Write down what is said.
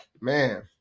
Man